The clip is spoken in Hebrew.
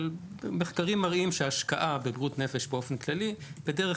מחקרים מראים שהשקעה בבריאות נפש באופן כללי בדרך